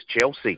Chelsea